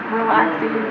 relaxing